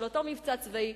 של אותו מבצע צבאי,